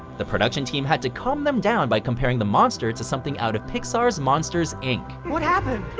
the production team had to calm them down by comparing the monster to something out of pixar's monster's inc. what happened?